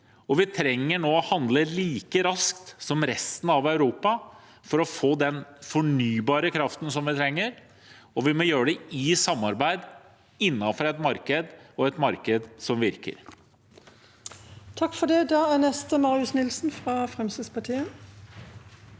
Vi trenger nå å handle like raskt som resten av Europa for å få den fornybare kraften som vi trenger, og vi må gjøre det i et samarbeid, innenfor et marked – og i et marked som virker.